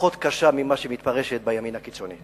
ופחות קשה מכפי שהיא מתפרשת בימין הקיצוני.